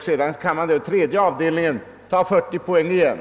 sedan kan man i tredje avdelningen ta ytterligare 40 poäng.